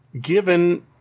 given